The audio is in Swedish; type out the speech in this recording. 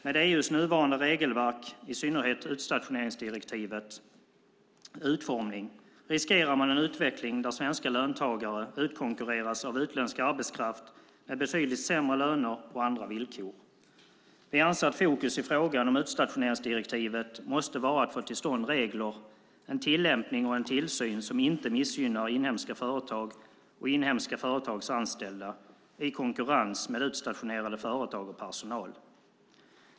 Med EU:s nuvarande regelverk, i synnerhet utstationeringsdirektivet, riskerar man en utveckling där svenska löntagare utkonkurreras av utländsk arbetskraft med betydligt sämre löner och andra villkor. Vi anser att fokus i fråga om utstationeringsdirektivet måste vara att få till stånd regler, en tillämpning och en tillsyn som inte missgynnar inhemska företag och inhemska företags anställda i konkurrens med utstationerade företag och personal.